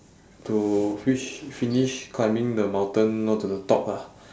to fish finish climbing the mountain all to the top ah